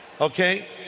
Okay